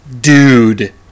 Dude